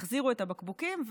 יחזירו את הבקבוקים,